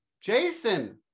Jason